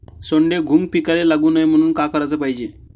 सोंडे, घुंग पिकाले लागू नये म्हनून का कराच पायजे?